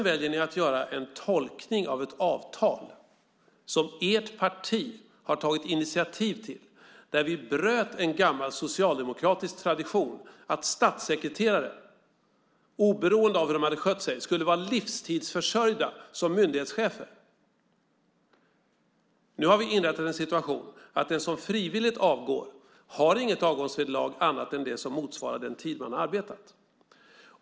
Ni väljer att göra en tolkning av ett avtal som ert parti har tagit initiativ till, där vi bröt en gammal socialdemokratisk tradition av att statssekretare oberoende av hur de hade skött sig skulle vara livstidsförsörjda som myndighetschefer. Nu har vi inrättat en situation där den som frivilligt avgår inte har något avgångsvederlag annat än det som motsvarar den tid man har arbetat.